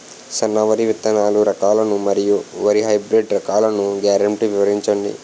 సన్న వరి విత్తనాలు రకాలను మరియు వరి హైబ్రిడ్ రకాలను గ్యారంటీ వివరించండి?